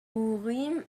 urim